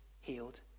healed